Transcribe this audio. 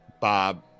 bob